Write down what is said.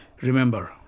Remember